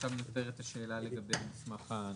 ועכשיו נשאלת השאלה לגבי המסמך הנוסף.